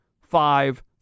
five